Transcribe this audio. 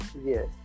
Yes